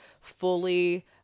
fully